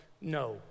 no